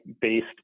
based